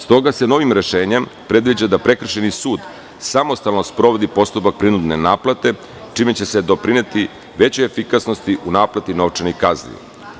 Stoga se novim rešenjem predviđa da prekršajni sud samostalno sprovodi postupak prinudne naplate, čime će se doprineti većoj efikasnosti u naplati novčanih kazni.